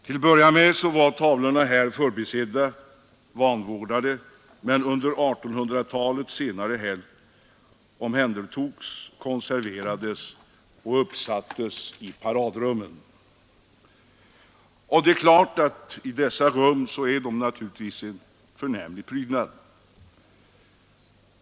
Till att börja med blev tavlorna där förbisedda och vanvårdade, men under 1800-talets senare hälft omhändertogs de och konserverades samt uppsattes i paradrummen, där de naturligtvis blev en förnämlig prydnad.